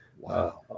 Wow